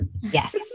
Yes